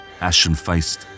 Ashen-faced